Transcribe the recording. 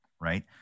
right